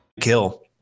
Kill